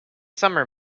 summer